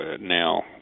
Now